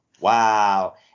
wow